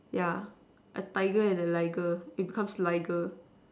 yeah a tiger and a liger it becomes liger